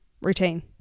routine